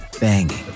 Banging